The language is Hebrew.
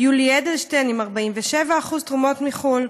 יולי אדלשטיין עם 47% תרומות מחו"ל.